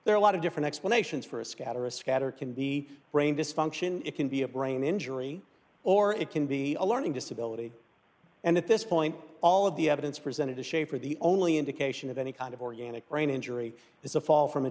there are a lot of different explanations for a scatter a scatter can be brain dysfunction it can be a brain injury or it can be a learning disability and at this point all of the evidence presented to shape are the only indication of any kind of organic brain injury it's a fall from a